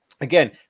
again